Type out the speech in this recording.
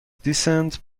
dissent